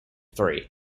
three